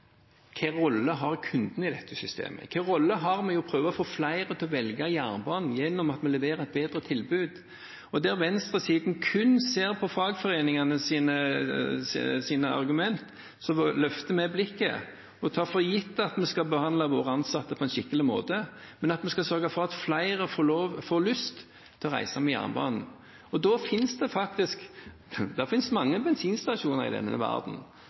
Hvilken rolle har kunden i dette systemet? Hvilken rolle har vi i det å prøve å få flere til å velge jernbanen ved å levere et bedre tilbud? Der venstresiden kun ser på fagforeningenes argumenter, løfter vi blikket og tar for gitt at vi skal behandle våre ansatte på en skikkelig måte, men vi skal sørge for at flere får lyst til å reise med jernbanen. Det finnes mange bensinstasjoner i denne verdenen som stort sett leverer det samme produktet, men likevel er det